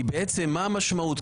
כי בעצם מה המשמעות?